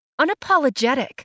unapologetic